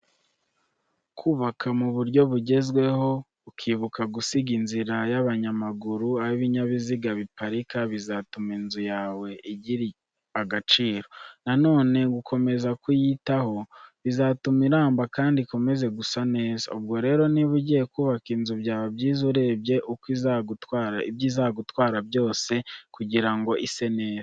Kubaka mu buryo bugezweho, ukibuka gusiga inzira z'abanyamaguru, aho ibinyabiziga biparika bizatuma inzu yawe igira agaciro. Na none gukomeza kuyitaho bizatuma iramba kandi ikomeze gusa neza. Ubwo rero niba ugiye kubaka inzu byaba byiza urebye ibyo izagutwara byose kugira ngo ise neza.